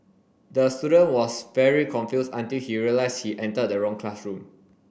the student was very confused until he realized he entered the wrong classroom